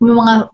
mga